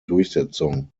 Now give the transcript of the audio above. durchsetzung